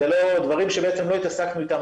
אלה דברים שלא התעסקנו איתם,